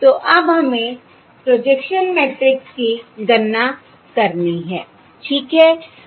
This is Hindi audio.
तो अब हमें प्रोजेक्शन मैट्रिक्स की गणना करनी है ठीक है